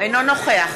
אינו נוכח